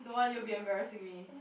don't want you'll be embarrassing me